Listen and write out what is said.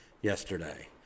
yesterday